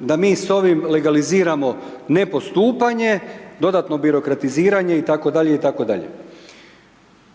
da mi s ovim legaliziramo nepostupanje, dodatno birokratiziranje itd., itd.